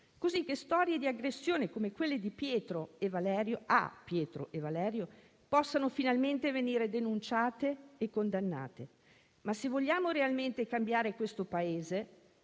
così che storie di aggressione come quelle a Pietro e a Valerio possano finalmente venire denunciate e condannate. Ma se vogliamo realmente cambiare questo Paese